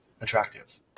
attractive